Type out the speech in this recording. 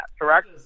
correct